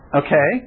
okay